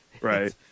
Right